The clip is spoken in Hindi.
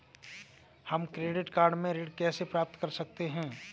हम क्रेडिट कार्ड से ऋण कैसे प्राप्त कर सकते हैं?